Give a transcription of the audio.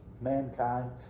mankind